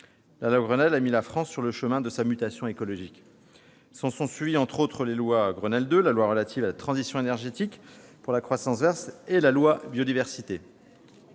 la loi Grenelle a mis la France sur le chemin de sa mutation écologique. Se sont ensuivies entre autres les lois Grenelle II, la loi relative à la transition énergétique pour la croissance verte et la loi Biodiversité.